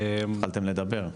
שהתחלתם לדבר.